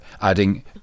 adding